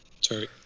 Sorry